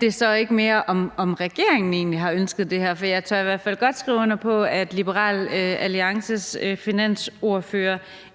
det så ikke mere om, om regeringen egentlig har ønsket det her? For jeg tør i hvert fald godt skrive under på, at Liberal Alliances finansordfører